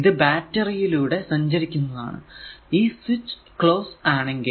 ഇത് ബാറ്ററി യിലൂടെ സഞ്ചരിക്കുന്നതാണ് ഈ സ്വിച്ച് ക്ലോസ് ആണെങ്കിൽ